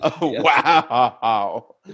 Wow